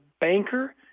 banker